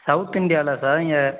south இந்தியாவில் sir இங்கே